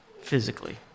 physically